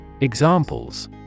Examples